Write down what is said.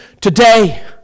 today